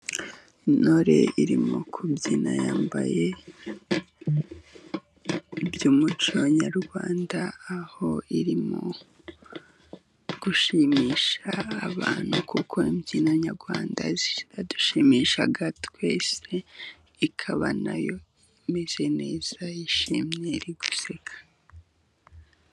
Intore irimo kubyina yambaye iby'umuco nyarwanda, aho irimo gushimisha abantu, kuko imbyino nyarwanda iradushimisha twese, ikaba na yo imeze neza, yishimye, iri guseka.